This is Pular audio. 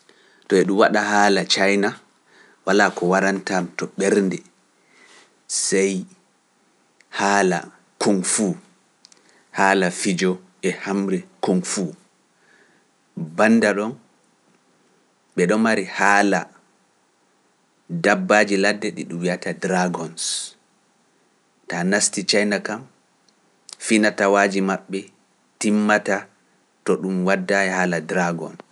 To eɗum waɗa haala caayna, walaa ko warantam to ɓernde, sey haala kungfu, haala fijo e hamre kungfu, bannda ɗon ɓe ɗo mari haala dabbaaji ladde ɗi ɗum wi'ata dragons. Taa nasti caayna kam, fii natawaaji maɓɓe timmata to ɗum wadda e haala dragon.